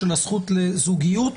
של הזכות לזוגיות,